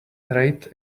rate